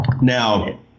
Now